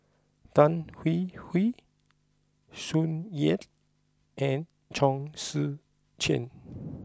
Tan Hwee Hwee Tsung Yeh and Chong Tze Chien